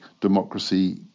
democracy